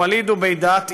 וואליד עובידאת,